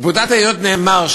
בפקודת העיריות נאמר,